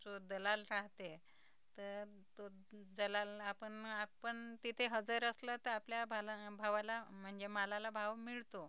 जो दलाल राहते तर तो दलाल आपण आपण तिथे हजर असलं तर आपल्या भाला भावाला म्हणजे मालाला भाव मिळतो